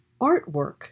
artwork